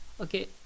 Okay